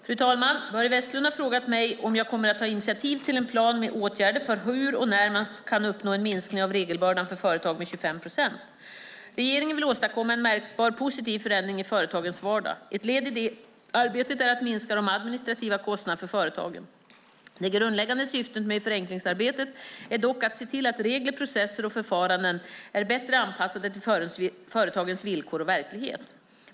Fru talman! Börje Vestlund har frågat mig om jag kommer att ta initiativ till en plan med åtgärder för hur och när man kan uppnå en minskning av regelbördan för företag med 25 procent. Regeringen vill åstadkomma en märkbar positiv förändring i företagens vardag. Ett led i det arbetet är att minska de administrativa kostnaderna för företagen. Det grundläggande syftet med förenklingsarbetet är dock att se till att regler, processer och förfaranden är bättre anpassade till företagens villkor och verklighet.